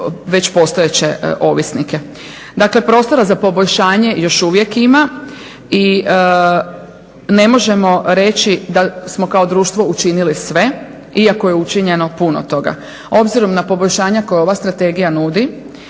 već postojeće ovisnike. Dakle, prostora za poboljšanje još uvijek ima i ne možemo reći da smo kao društvo učinili sve iako je učinjeno puno toga. Obzirom na poboljšanja koja ova strategija nudi